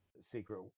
secret